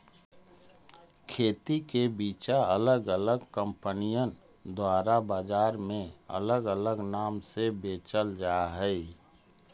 खेती के बिचा अलग अलग कंपनिअन द्वारा बजार में अलग अलग नाम से बेचल जा हई